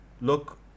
look